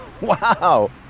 Wow